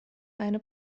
eine